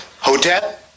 Hotel